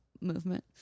movement